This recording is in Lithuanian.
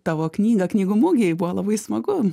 tavo knygą knygų mugėj buvo labai smagu